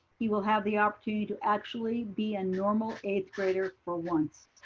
he will have the opportunity to actually be a normal eighth grader for once.